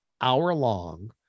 hour-long